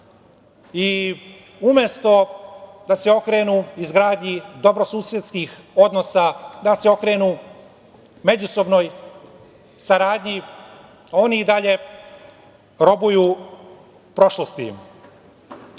i umesto da se okrenu izgradnji dobrosusedskih odnosa, da se okrenu međusobnoj saradnji, oni i dalje robuju prošlosti.Međutim,